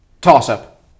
Toss-up